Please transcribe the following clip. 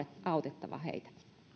autettava heitä